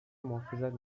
محافظت